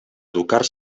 educar